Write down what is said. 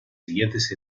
siguientes